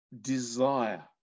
desire